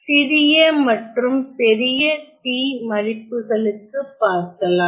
சிறிய மற்றும் பெரிய t மதிப்புகளுக்கு பார்க்கலாம்